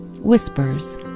whispers